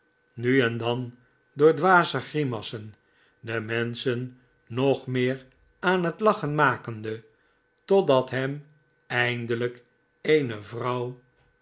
nu en dan door dwaze grimassen de menschen nog meer aan het lachen makende totdat hem eindelijk eene